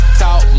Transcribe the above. talk